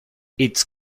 its